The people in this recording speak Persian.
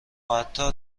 حتا